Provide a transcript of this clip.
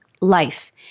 life